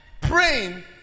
praying